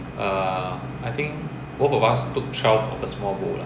err I think both of us took twelve of the small bowl lah